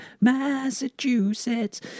Massachusetts